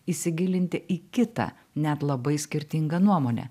įsigilinti į kitą net labai skirtingą nuomonę